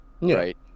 right